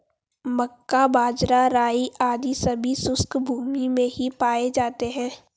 मक्का, बाजरा, राई आदि सभी शुष्क भूमी में ही पाए जाते हैं